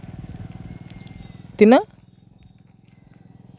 ᱛᱤᱱᱟᱹᱜ